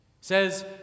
says